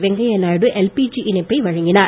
Venkaiah Naidu LPG இணைப்பை வழங்கினார்